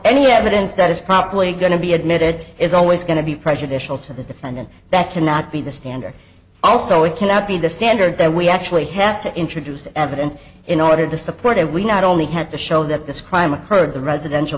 any evidence that is probably going to be admitted is always going to be prejudicial to the defendant that cannot be the standard also it cannot be the standard that we actually have to introduce evidence in order to support it we not only had to show that this crime occurred the residential